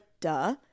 duh